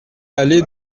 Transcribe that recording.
allée